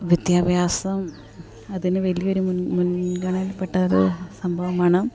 വിദ്യാഭ്യാസം അതിന് വലിയ ഒരു മുൻഗണനപ്പെട്ട ഒരു സംഭവമാണ്